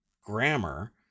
grammar